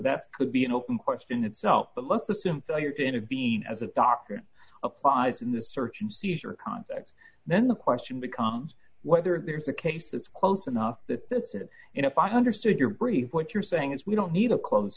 that could be an open course in itself but let's assume failure to intervene as a doctor applies in the search and seizure context then the question becomes whether there's a case that's close enough that that's a you know if i understood your brief what you're saying is we don't need a close